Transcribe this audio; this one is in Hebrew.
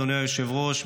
אדוני היושב-ראש,